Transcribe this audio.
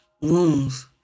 Wounds